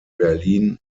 berlin